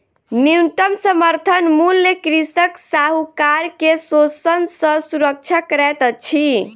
न्यूनतम समर्थन मूल्य कृषक साहूकार के शोषण सॅ सुरक्षा करैत अछि